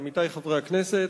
עמיתי חברי הכנסת,